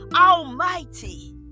almighty